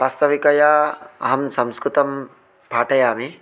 वास्तविकतया अहं संस्कृतं पाठयामि